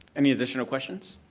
any additional questions?